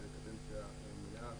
ולקדנציה מלאה,